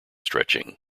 stretching